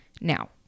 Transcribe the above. now